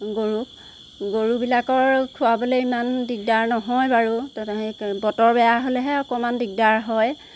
গৰুক গৰুবিলাকৰ খোৱাবলৈ ইমান দিগদাৰ নহয় বাৰু বতৰ বেয়া হ'লেহে অকণমান দিগদাৰ হয়